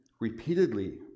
repeatedly